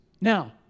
Now